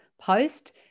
post